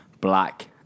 black